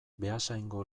beasaingo